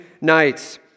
nights